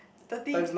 thirty